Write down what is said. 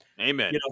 Amen